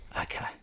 Okay